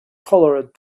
colored